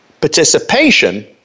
Participation